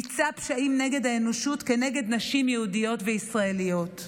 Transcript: ביצע פשעים נגד האנושות כנגד נשים יהודיות וישראליות.